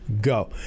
go